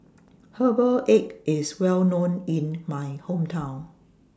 Herbal Egg IS Well known in My Hometown